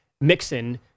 Mixon